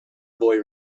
boy